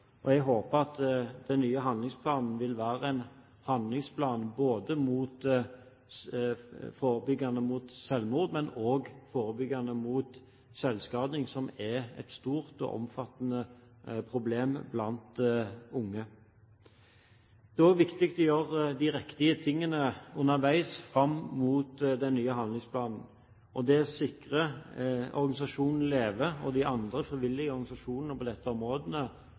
Jeg håper at den nye handlingsplanen vil være en handlingsplan som er både forebyggende mot selvmord og forebyggende mot selvskading, som er et stort og omfattende problem blant unge. Det er viktig å gjøre de riktige tingene underveis fram mot den nye handlingsplanen. Det å sikre organisasjonen LEVE og de andre frivillige organisasjonene på disse områdene